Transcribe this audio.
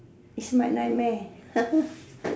it's my nightmare